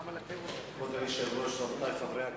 כבוד היושב-ראש, רבותי חברי הכנסת,